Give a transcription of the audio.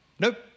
Nope